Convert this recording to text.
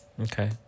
Okay